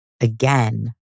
again